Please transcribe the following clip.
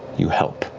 you help.